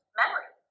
memory